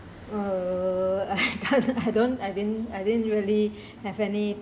uh I I don't I didn't I didn't really have any